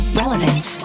relevance